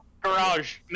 garage